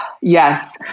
Yes